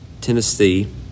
Tennessee